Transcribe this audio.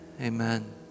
Amen